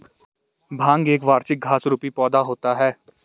भांग एक वार्षिक घास रुपी पौधा होता है